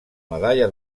medalla